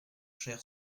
cher